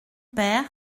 père